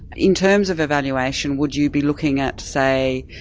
in terms of evaluation, would you be looking at, say,